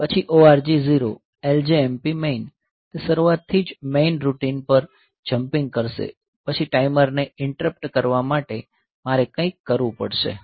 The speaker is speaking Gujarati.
પછી ORG 0 LJMP મેઈન તે શરૂઆતથી જ મેઈન રૂટીન પર જમ્પિંગ કરશે પછી ટાઈમરને ઈન્ટરપ્ટ કરવા માટે મારે કંઈક કરવું પડશે